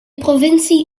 provincie